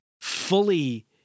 fully